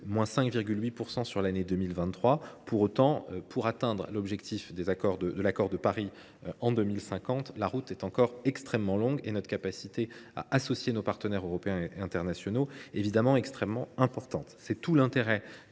et de 5,8 % en 2023. Néanmoins, pour atteindre l’objectif de l’accord de Paris en 2050, la route est encore très longue, et notre capacité à associer nos partenaires européens et internationaux sera extrêmement importante. C’est tout l’intérêt